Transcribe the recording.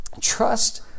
Trust